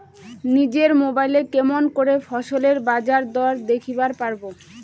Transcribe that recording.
নিজের মোবাইলে কেমন করে ফসলের বাজারদর দেখিবার পারবো?